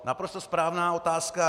Naprosto správná otázka.